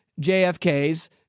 jfk's